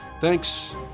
Thanks